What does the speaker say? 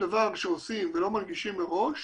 דבר שעושים ולא מנגישים מראש